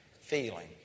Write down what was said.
feeling